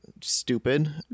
stupid